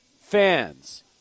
fans